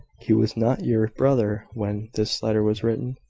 he was not your brother when this letter was written,